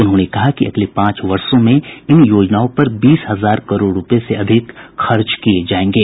उन्होंने कहा कि अगले पांच वर्षो में इन योजनाओं पर बीस हजार करोड़ रुपये से अधिक खर्च किये जायेंगे